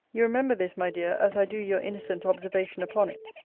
you remember this, my dear, as i do your innocent observation upon it,